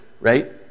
right